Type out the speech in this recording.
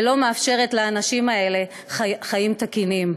ולא מאפשרת לאנשים האלה חיים תקינים.